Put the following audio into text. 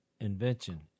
invention